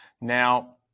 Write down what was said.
Now